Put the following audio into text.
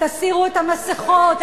תסירו את המסכות.